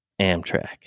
Amtrak